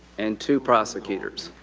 and two prosecutors.